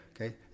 Okay